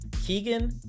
Keegan